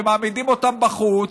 שמעמידים אותם בחוץ,